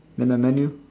then the menu